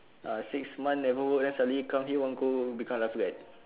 ah six months never work then suddenly come here want to go become lifeguard